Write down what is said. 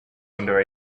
under